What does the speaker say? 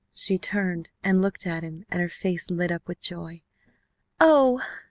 she turned and looked at him and her face lit up with joy oh!